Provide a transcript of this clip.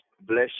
bless